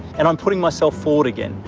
and i'm putting myself forward again,